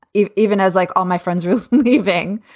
even even as, like, all my friends are leaving.